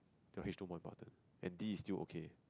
your H two is more important and D is still okay